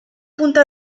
punta